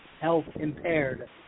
health-impaired